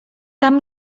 tam